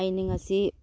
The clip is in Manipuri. ꯑꯩꯅ ꯉꯁꯤ